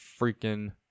freaking